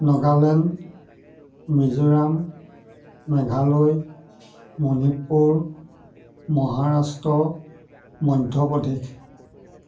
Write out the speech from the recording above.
Nagaland Mizoram Meghalaya Manipur Maharashtra Madhya Pradesh